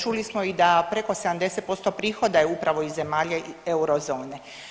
Čuli smo i da preko 70% prihoda je upravo iz zemalja eurozone.